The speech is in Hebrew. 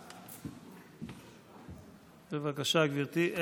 בבקשה, גברתי.